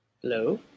Hello